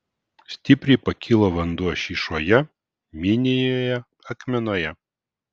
stipriai pakilo vanduo šyšoje minijoje akmenoje